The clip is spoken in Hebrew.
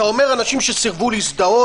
אתה אומר אנשים שסירבו להזדהות,